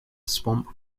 swamp